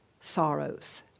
sorrows